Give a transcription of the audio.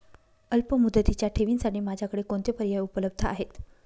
अल्पमुदतीच्या ठेवींसाठी माझ्याकडे कोणते पर्याय उपलब्ध आहेत?